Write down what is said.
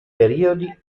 periodi